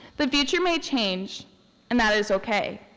the future may change and that is okay.